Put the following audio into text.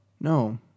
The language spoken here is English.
No